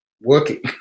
working